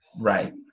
right